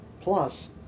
plus